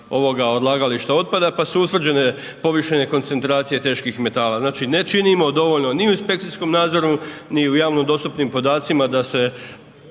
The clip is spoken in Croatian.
odlagališta otpada pa su utvrđene povišene koncentracije teških metala, znači ne činimo dovoljno ni u inspekcijskom nadzoru, ni u javno dostupnim podacima da se